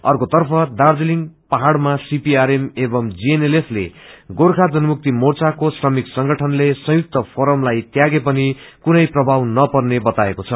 अर्कोतर्फ दार्जीलिङ पहाड़मा सीपीआरएम एवंज ीएनएलएफ ले गोर्खा जनमुक्ति मोचाको श्रमिक संगठनले संयुक्त फोरमलाई त्यागेकोमा कुनै प्रभाव नपर्ने बताएको छ